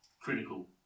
critical